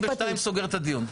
אני בינתיים סוגר את הדיון.